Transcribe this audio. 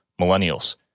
millennials